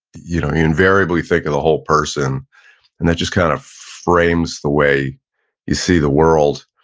you know you invariably think of the whole person and that just kind of frames the way you see the world.